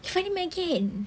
he finding me again